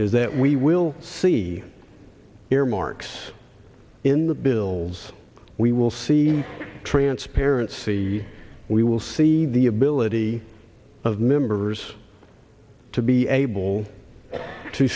is that we will see earmarks in the bills we will see transparency we will see the ability of members to be able to